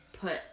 put